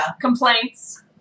complaints